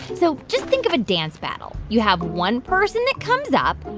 so just think of a dance battle. you have one person that comes up,